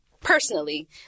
personally